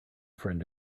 friend